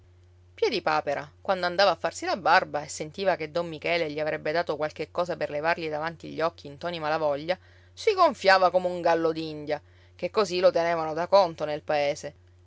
finiva piedipapera quando andava a farsi la barba e sentiva che don michele gli avrebbe dato qualche cosa per levargli davanti gli occhi ntoni malavoglia si gonfiava come un gallo d'india ché così lo tenevano da conto nel paese